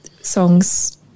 songs